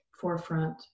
forefront